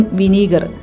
vinegar